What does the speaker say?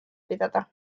pidada